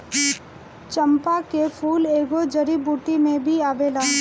चंपा के फूल एगो जड़ी बूटी में भी आवेला